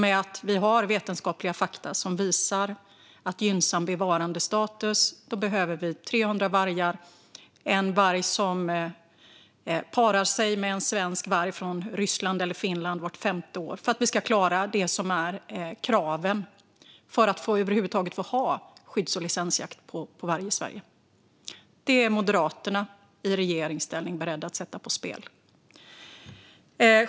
En varg från Ryssland eller Finland behöver para sig med en svensk varg vart femte år för att vi ska klara kraven för att över huvud taget få ha skydds och licensjakt på varg i Sverige. Detta är Moderaterna beredda att sätta på spel om de kommer i regeringsställning.